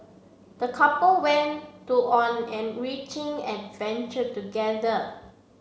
the couple went to on an enriching adventure together